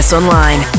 online